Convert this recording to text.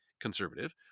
conservative